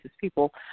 people